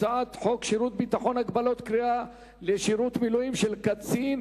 הצעת חוק שירות ביטחון (הגבלות קריאה לשירות מילואים של קצין,